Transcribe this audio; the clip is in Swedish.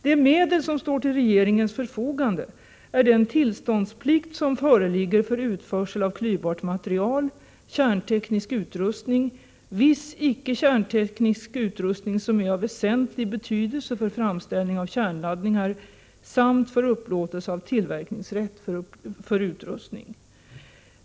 De medel som står till regeringens förfogande är den tillståndsplikt som föreligger för utförsel av klyvbart material, kärnteknisk utrustning, viss icke kärnteknisk utrustning som är av väsentlig betydelse för framställning av kärnladdningar samt för upplåtelse av tillverkningsrätt för utrustning.